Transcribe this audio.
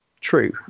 true